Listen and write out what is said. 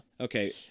Okay